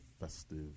festive